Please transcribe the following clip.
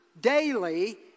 daily